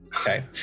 Okay